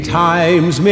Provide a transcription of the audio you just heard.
times